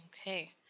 Okay